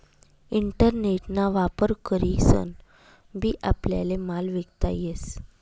internet ना वापर करीसन बी आपल्याले माल विकता येस